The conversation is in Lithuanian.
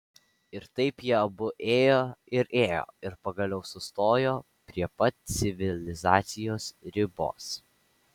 ir taip jie abu ėjo ir ėjo ir pagaliau sustojo prie pat civilizacijos ribos